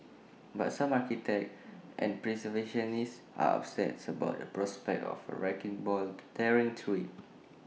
but some architects and preservationists are upsets about the prospect of A wrecking ball tearing through IT